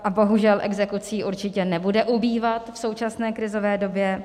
A bohužel exekucí určitě nebude ubývat v současné krizové době.